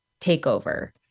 takeover